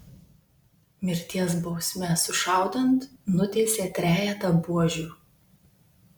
mirties bausme sušaudant nuteisė trejetą buožių